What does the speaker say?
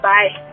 Bye